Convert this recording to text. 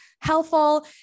helpful